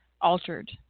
altered